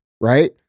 Right